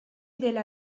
dela